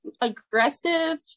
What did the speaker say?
aggressive